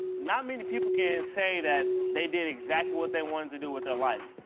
not many people can say that they did exactly what they wanted to do with their life.